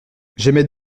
j’émets